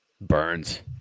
Burns